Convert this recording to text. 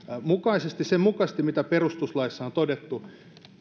mukaisesti sen mukaisesti mitä perustuslaissa on todettu